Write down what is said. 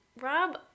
Rob